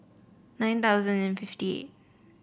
nine thousand and fifty eight